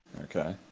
Okay